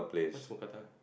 what's Mookata